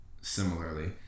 similarly